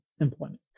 employment